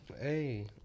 hey